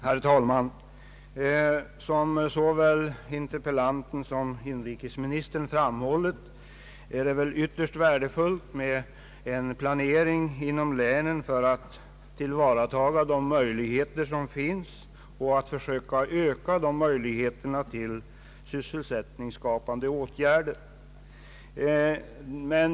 Herr talman! Som både interpellanten och inrikesministern framhåller är det ytterst värdefullt med en planering inom länen för att tillvarata de möjligheter som finns till sysselsättningsskapande åtgärder.